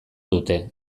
dute